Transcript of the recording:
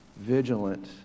vigilant